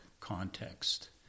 context